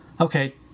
Okay